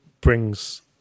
brings